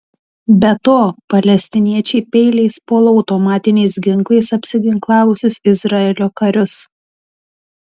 be to palestiniečiai peiliais puola automatiniais ginklais apsiginklavusius izraelio karius